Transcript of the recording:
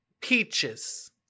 Peaches